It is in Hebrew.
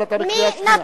אבל אתה בקריאה שנייה.